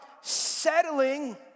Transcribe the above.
settling